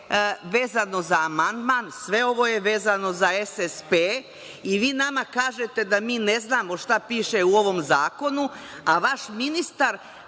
vezano za amandman, sve ovo je vezano za SSP i vi nama kažete da mi ne znamo šta piše u ovom zakonu, a vaš ministar